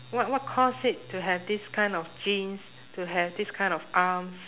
what what cause it to have this kind of genes to have this kind of arms